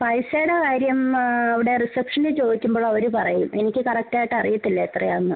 പൈസയുടെ കാര്യം അവിടെ റിസപ്ഷനിൽ ചോദിക്കുമ്പോൾ അവർ പറയും എനിക്ക് കറക്റ്റ് ആയിട്ട് അറിയില്ല എത്രയാണെന്ന്